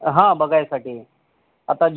हा बघायसाठी आता